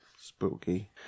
Spooky